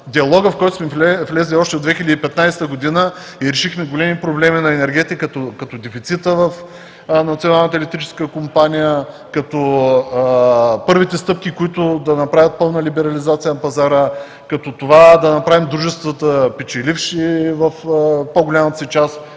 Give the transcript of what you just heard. диалога, в който сме влезли още в 2015 г. и решихме големи проблеми на енергетиката, като дефицита в Националната електрическа компания, като първите стъпки, които да направят пълна либерализация на пазара, като това – да направим дружествата печеливши в по-голямата си част